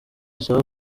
bisaba